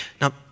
Now